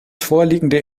vorliegende